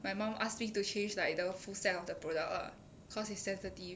my mum ask me to change like the full set of the product lah cause it's sensitive